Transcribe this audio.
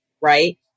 right